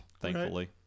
thankfully